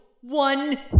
one